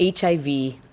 HIV